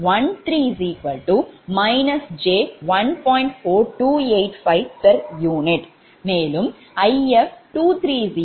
4285 𝑝𝑢 மேலும் 𝐼𝑓23−𝑗1